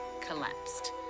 collapsed